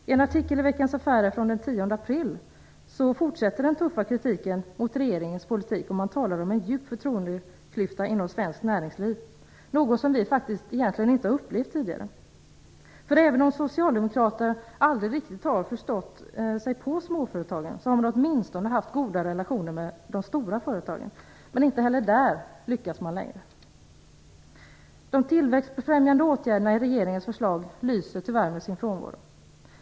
I en artikel i Veckans Affärer av den 10 april fortsätter den tuffa kritiken mot regeringens politik, och man talar om en djup förtroendeklyfta inom svenskt näringsliv - något som vi egentligen inte har upplevt tidigare. För även om socialdemokrater aldrig riktigt har förstått sig på småföretagen, har de åtminstone haft goda relationer med de stora företagen. Men inte heller där lyckas man längre. De tillväxtbefrämjande åtgärderna i regeringens förslag lyser tyvärr med sin frånvaro.